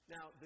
Now